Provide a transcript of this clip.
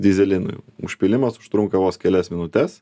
dyzelinui užpylimas užtrunka vos kelias minutes